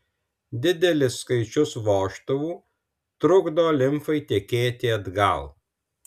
didelis skaičius vožtuvų trukdo limfai tekėti atgal